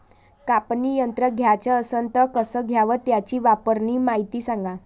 कापनी यंत्र घ्याचं असन त कस घ्याव? त्याच्या वापराची मायती सांगा